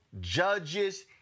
judges